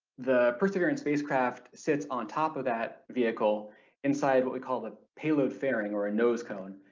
the perseverance spacecraft sits on top of that vehicle inside what we call the payload fairing or a nose cone,